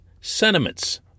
sentiments